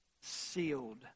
sealed